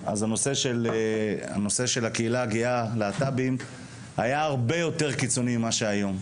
אני זוכר שהנושא של הלהט"בים היה הרבה יותר קיצוני ממה שהוא היום.